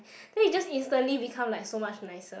then it just instantly become like so much nicer